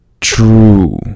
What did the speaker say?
true